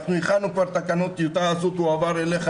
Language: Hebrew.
אנחנו הכנו כבר תקנות טיוטה והן יועברו אליך